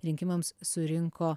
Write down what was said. rinkimams surinko